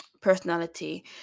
Personality